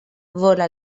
vora